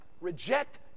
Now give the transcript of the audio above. Reject